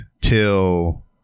till